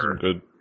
good